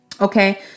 Okay